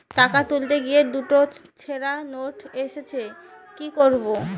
টাকা তুলতে গিয়ে দুটো ছেড়া নোট এসেছে কি করবো?